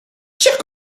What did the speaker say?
chers